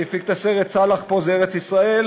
שהפיק את הסרט "סאלח פה זה ארץ ישראל":